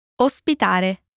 ospitare